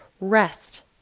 rest